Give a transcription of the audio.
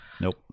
Nope